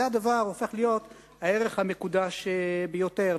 זה הופך להיות הערך המקודש ביותר.